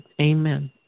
Amen